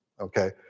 okay